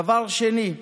דבר שני,